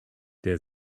der